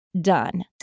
done